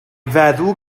feddw